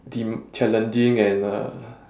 deemed challenging and uh